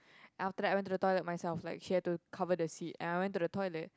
and after that I went to the toilet myself like she had to cover the seat and I went to the toilet